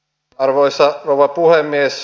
arvoisa rouva puhemies